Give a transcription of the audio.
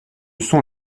sont